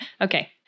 Okay